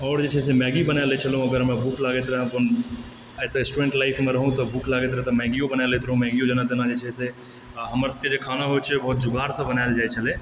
आओर जे छै से मैगी बनाए लए छलहुँ अगर हमरा भूख लागैत रहै आइ तऽ स्टुडेन्ट लाइफमे रहौ तऽ भूख लागैत रहै तऽ मैगियो बनाए लैत रहौ मैगियो जेना तेना जे छै से आ हमर सभक जे खाना होइ छै ओ बहुत जुगाड़सँ बनाएल जाइ छलै